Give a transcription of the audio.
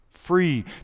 Free